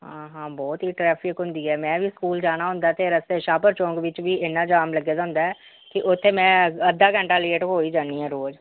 ਹਾਂ ਹਾਂ ਬਹੁਤ ਹੀ ਟਰੈਫ਼ਿਕ ਹੁੰਦੀ ਹੈ ਮੈਂ ਵੀ ਸਕੂਲ ਜਾਣਾ ਹੁੰਦਾ ਤੇ ਰਸਤੇ ਸ਼ਾਹਪਰ ਚੌਂਕ ਵਿੱਚ ਵੀ ਇੰਨਾ ਜਾਮ ਲੱਗਿਆ ਦਾ ਹੁੰਦਾ ਕਿ ਉੱਥੇ ਮੈਂ ਅੱਧਾ ਘੰਟਾ ਲੇਟ ਹੋ ਹੀ ਜਾਂਦੀ ਹਾਂ ਰੋਜ਼